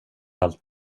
allt